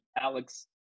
Alex